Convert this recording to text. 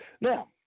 Now